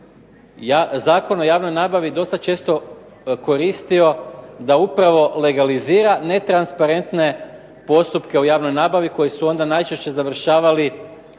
Zakon o javnoj nabavi dosta često koristio da upravo legalizira netransparentne postupke o javnoj nabavi koji su onda najčešće završavali